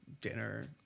dinner